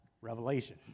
Revelation